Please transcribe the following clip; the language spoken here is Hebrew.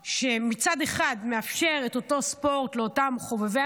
מאפשר מצד אחד את אותו ספורט לאותם חובבי